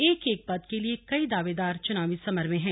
एक एक पद के लिए कई दावेदार चुनावी समर में है